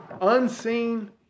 unseen